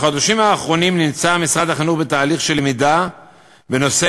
בחודשים האחרונים נמצא משרד החינוך בתהליך של למידה בנושא